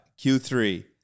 Q3